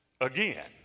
again